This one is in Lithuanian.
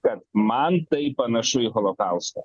bet man tai panašu į holokaustą